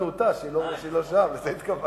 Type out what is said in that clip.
הפסדנו אותה שהיא לא שם, לזה התכוונתי.